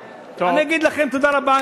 אני אגיד לכם תודה רבה,